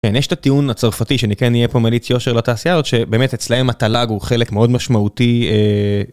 יש את הטיעון הצרפתי שנקרא נהיה פה מליץ יושר לתעשייה הזאת שבאמת אצלהם התל״ג הוא חלק מאוד משמעותי.